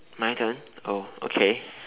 my turn oh okay